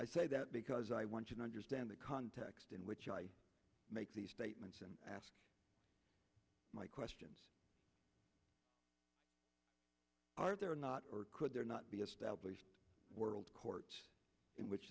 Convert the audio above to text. i say that because i want you to understand the context in which i make these statements and ask my questions are there or not or could there not be a world court in which